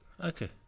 Okay